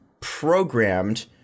programmed